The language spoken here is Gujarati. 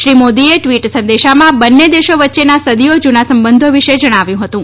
શ્રી મોદીએ ટ્વીટ સંદેશામાં બંને દેશો વચ્ચેના સદીયો જૂના સંબંધો વિશે જણાવ્યું હતું